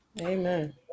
Amen